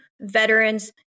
veterans